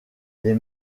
les